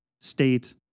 state